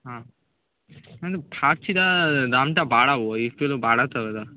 হ্যাঁ না ভাবছি দামটা বাড়াবো একটু হলেও বাড়াতে হবে